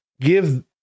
give